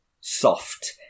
soft